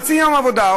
חצי יום עבודה,